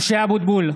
משה אבוטבול,